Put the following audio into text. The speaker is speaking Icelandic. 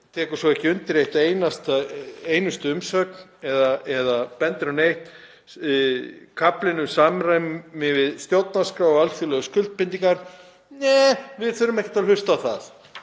tekur svo ekki undir eina einustu umsögn og bendir ekki á neitt. Kaflinn um samræmi við stjórnarskrá og alþjóðlegar skuldbindingar — nei, við þurfum ekkert að hlusta á það.